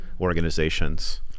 organizations